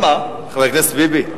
חבר הכנסת ביבי,